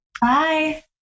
Bye